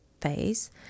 phase